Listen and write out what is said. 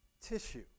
tissue